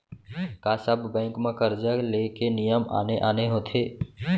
का सब बैंक म करजा ले के नियम आने आने होथे?